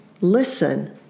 listen